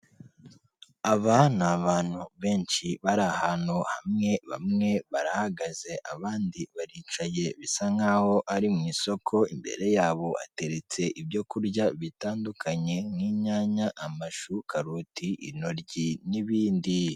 Aba ni abantu benshi bari ahantu hamwe, bamwe barahagaze abandi baricaye bisa nkaho ari mu isoko, imbere yabo hateretse ibyo kurya bitandukanye nk'inyanya, amashu, karoti, intoryi n'ibindi.